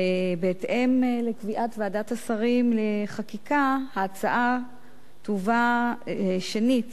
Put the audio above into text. ובהתאם לקביעת ועדת השרים לחקיקה ההצעה תובא שנית